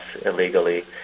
illegally